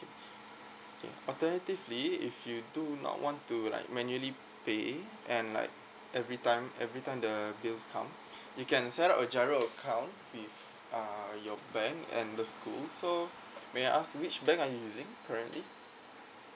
okay alternatively if you do not want to like manually pay and like everytime everytime the bills come you can setup a giro account with uh your bank and the school so may I ask which bank are you using currently